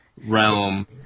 realm